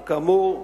שכאמור,